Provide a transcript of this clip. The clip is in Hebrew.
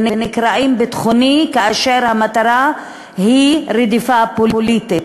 וזה נקרא "ביטחוני" כאשר המטרה היא רדיפה פוליטית,